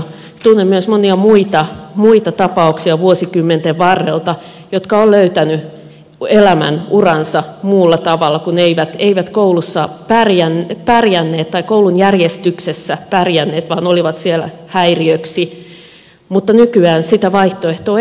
tunnen vuosikymmenten varrelta myös monia muita tapauksia jotka ovat löytäneet elämänuransa muulla tavalla kun eivät koulun järjestyksessä pärjänneet vaan olivat siellä häiriöksi mutta nykyään sitä vaihtoehtoa ei ole enää käytössä